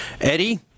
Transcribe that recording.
Eddie